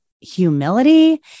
humility